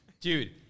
Dude